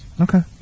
Okay